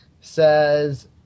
says